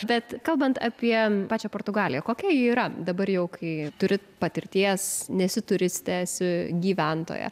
bet kalbant apie pačią portugaliją kokia ji yra dabar jau kai turi patirties nesi turistė esi gyventoja